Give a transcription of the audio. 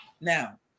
Now